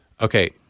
okay